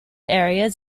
areas